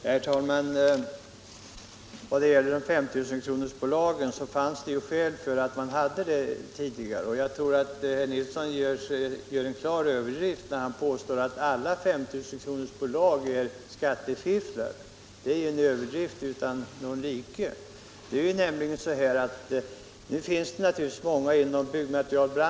Herr talman! I vad gäller 5 000-kronorsbolagen fanns det ju skäl till att man tidigare hade den gränsen. Jag tror att herr Nilsson i Kalmar gör sig skyldig till en överdrift utan like när han påstår att alla 5 000 kronorsbolag bildades för skattefiffel.